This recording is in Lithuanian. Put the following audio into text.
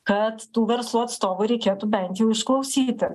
kad tų verslo atstovų reikėtų bent jau išklausyti